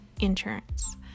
insurance